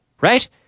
right